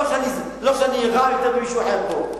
לא שאני רע יותר ממישהו אחר פה.